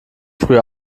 früh